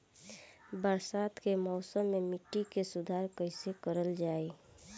बरसात के मौसम में मिट्टी के सुधार कईसे कईल जाई?